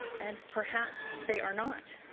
and perhaps they are not.